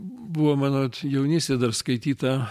buvo mano jaunystėj dar skaityta